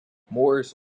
morris